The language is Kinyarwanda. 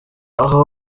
aho